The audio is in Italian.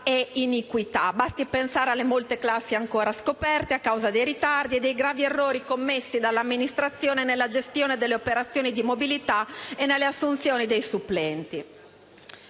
e iniquità. Basti pensare alle molte classi ancora scoperte a causa dei ritardi e dei gravi errori commessi dall'amministrazione nella gestione delle operazioni di mobilità e nelle assunzioni dei supplenti.